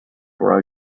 for